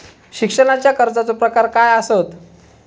शिक्षणाच्या कर्जाचो प्रकार काय आसत?